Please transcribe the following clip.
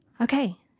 Okay